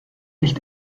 nicht